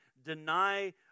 deny